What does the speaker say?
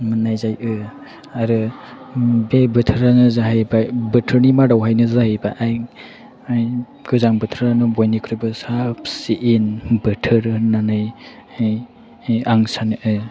मोननाय जायो आरो बोथोरनि मादावनो जाहैबाय गोजां बोथोरानो बयनिख्रुइबो साबसिन बोथोर होननानैहाय आं सानो